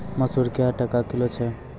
मसूर क्या टका किलो छ?